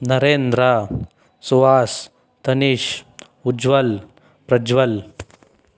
Narendra Suhas Tanish Ujwal Prajwal